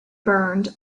burned